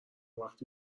وقتی